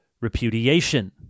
repudiation